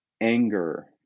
anger